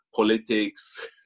Politics